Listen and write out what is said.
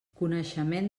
coneixement